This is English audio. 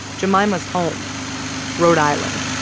jemima's home rhode island